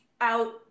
out